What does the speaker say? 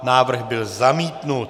Návrh byl zamítnut.